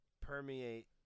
permeate